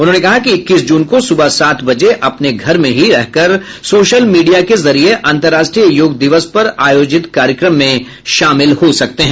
उन्होंने कहा कि इक्कीस जून को सुबह सात बजे अपने घर में ही रहकर सोशल मीडिया के जरिये अंतरराष्ट्रीय योग दिवस पर आयोजित कार्यक्रम में शामिल हो सकते हैं